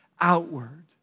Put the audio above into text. outward